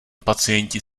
pacienti